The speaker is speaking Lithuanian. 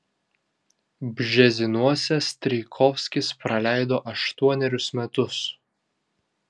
bžezinuose strijkovskis praleido aštuonerius metus